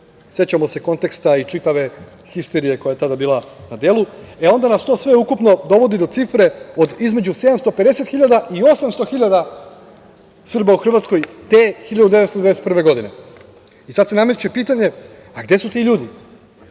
sećamo se konteksta i čitave histerije koja je tada bila na delu, onda nas to ukupno dovodi do cifre od između 750 hiljada i 800 hiljada Srba u Hrvatskoj, te 1991. godine. Sada se nameće pitanje, a gde su ti ljudi?